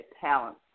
talent